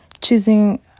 Choosing